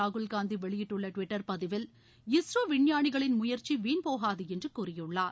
ராகுல் காந்தி வெளியிட்டுள்ள ட்விட்டர் பதிவில் இஸ்ரோ விஞ்ஞானிகளின் முயற்சி வீண்போகாது என்று கூறியுள்ளார்